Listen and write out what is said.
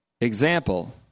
example